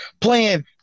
playing –